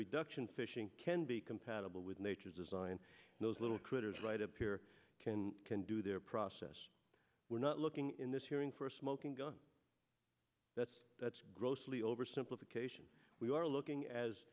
reduction fishing can be compatible with nature's design those little critters right up here can can do their process we're not looking in this hearing for a smoking gun that's that's grossly oversimplification we are looking as